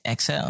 XL